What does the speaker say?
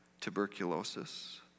tuberculosis